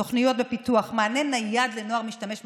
תוכניות בפיתוח, מענה נייד לנוער משתמש בפריפריה.